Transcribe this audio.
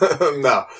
No